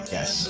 Yes